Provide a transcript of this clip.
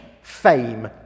fame